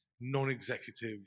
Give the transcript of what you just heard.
non-executive